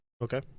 Okay